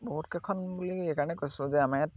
বহুতকেইখন বুলি সেইকাৰণে কৈছোঁ যে আমাৰ ইয়াত